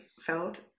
felt